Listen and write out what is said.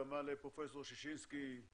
כמובן, לפרופ' ששינסקי.